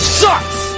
sucks